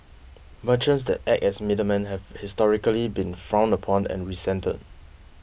merchants that act as middlemen have historically been frowned upon and resented